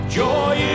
joy